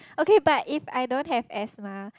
okay but if I don't have asthma